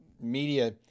media